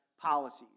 policies